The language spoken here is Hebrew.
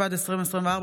התשפ"ד 2024,